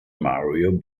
mario